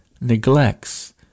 neglects